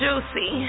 Juicy